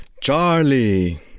Charlie